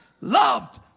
loved